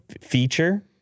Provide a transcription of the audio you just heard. feature